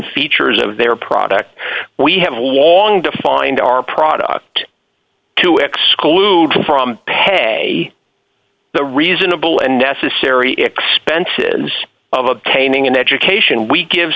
features of their product we have long to find our product to exclude from pay the reasonable and necessary expenses of obtaining an education we give